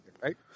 right